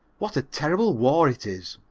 what a terrible war it is!